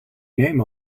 name